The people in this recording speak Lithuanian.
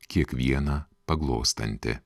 kiekvieną paglostanti